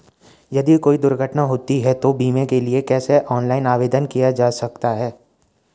यदि कोई दुर्घटना होती है तो बीमे के लिए कैसे ऑनलाइन आवेदन किया जा सकता है?